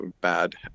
bad